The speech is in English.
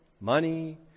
money